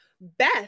Beth